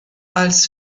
als